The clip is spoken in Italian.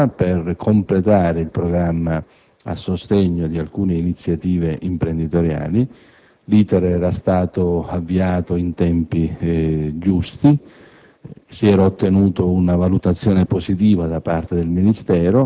si è occupata della gestione del Patto territoriale, contava per completare il programma a sostegno di alcune iniziative imprenditoriali. Il relativo *iter* era stato avviato nei tempi giusti